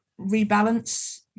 rebalance